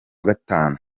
gatanu